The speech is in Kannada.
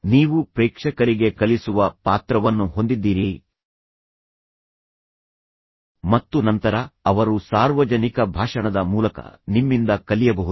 ನೀವು ಪ್ರೇಕ್ಷಕರಿಗೆ ಕಲಿಸುವ ಪಾತ್ರವನ್ನು ಹೊಂದಿದ್ದೀರಿ ಮತ್ತು ನೀವು ಅವರಿಗೆ ಏನನ್ನಾದರೂ ನೀಡುವ ಸಾಮರ್ಥ್ಯವನ್ನು ಹೊಂದಿದ್ದೀರಿ ಮತ್ತು ನಂತರ ಅವರು ಸಾರ್ವಜನಿಕ ಭಾಷಣದ ಮೂಲಕ ನಿಮ್ಮಿಂದ ಕಲಿಯಬಹುದು